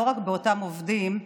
ולא רק באותם עובדים.